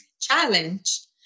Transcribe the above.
challenge